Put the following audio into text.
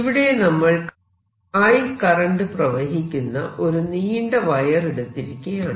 ഇവിടെ നമ്മൾ I current പ്രവഹിക്കുന്ന ഒരു നീണ്ട വയർ എടുത്തിരിക്കയാണ്